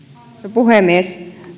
puhemies